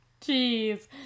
Jeez